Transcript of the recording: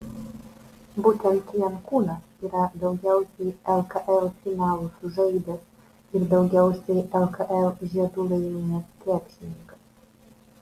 būtent jankūnas yra daugiausiai lkl finalų sužaidęs ir daugiausiai lkl žiedų laimėjęs krepšininkas